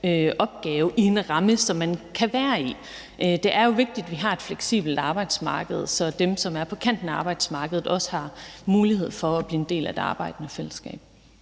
opgave i en ramme, som man kan være i. Det er jo vigtigt, at vi har et fleksibelt arbejdsmarked, så dem, som er på kanten af arbejdsmarkedet, også har mulighed for at blive en del af det arbejdende fællesskab.